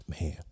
man